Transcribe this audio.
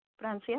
Francia